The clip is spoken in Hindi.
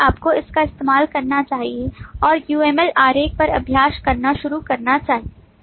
इसलिए आपको इसका इस्तेमाल करना चाहिए और UMLआरेख पर अभ्यास करना शुरू करना चाहिए